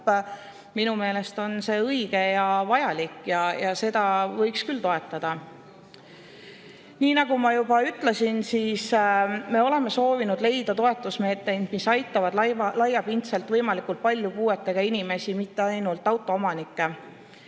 minu meelest õige ja vajalik. Seda võiks küll toetada. Nii nagu ma juba ütlesin, me oleme soovinud leida toetusmeetmed, mis aitavad laiapindselt võimalikult paljusid puuetega inimesi, mitte ainult autoomanikke.